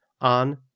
on